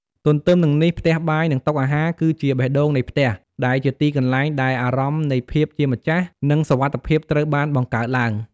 ទន្ទឹមនឹងនេះ ផ្ទះបាយ និងតុអាហារ គឺជា បេះដូងនៃផ្ទះ ដែលជាទីកន្លែងដែលអារម្មណ៍នៃភាពជាម្ចាស់ និង សុវត្ថិភាព ត្រូវបានបង្កើតឡើង។